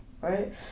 Right